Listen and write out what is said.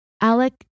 Alec